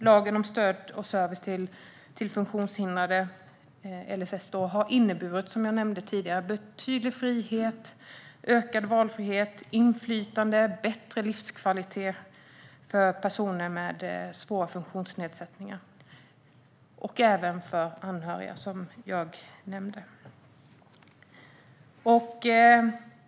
LSS har inneburit betydlig frihet - ökad valfrihet, inflytande och bättre livskvalitet - för personer med svåra funktionsnedsättningar, liksom för deras anhöriga.